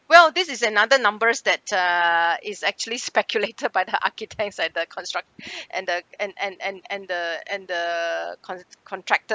well this is another numbers that uh is actually speculated by the architects and the construct and the and and and and the and the conts~ contractor